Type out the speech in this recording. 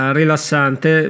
rilassante